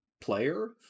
player